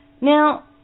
now